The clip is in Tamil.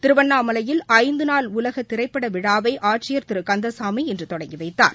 திருவண்ணாமலையில் ஐந்துநாள் உலக திரைப்பட விழாவை ஆட்சியர் திரு கந்தசாமி இன்று தொடங்கி வைத்தார்